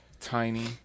tiny